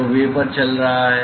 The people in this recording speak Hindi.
तो वेपर चल रहा है